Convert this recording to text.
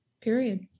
Period